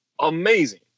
Amazing